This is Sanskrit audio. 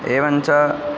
एवञ्च